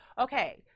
Okay